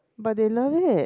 but they love it